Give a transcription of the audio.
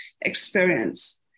experience